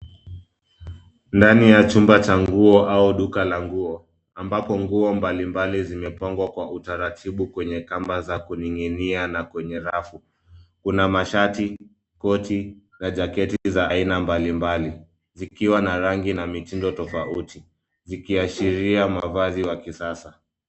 Ndani ya chumba cha nguo au duka la nguo, ambapo nguo mbalimbali zimepangwa kwa utaratibu kwenye kamba za kuning'inia na kwenye rafu. Kuna mashati, koti na jaketi za aina mbalimbali, zikiwa na rangi na mitindo tofauti zikiashiria mavazi wa kisasa.